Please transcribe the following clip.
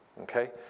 okay